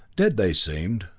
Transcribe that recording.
dead they seemed,